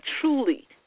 truly